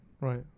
right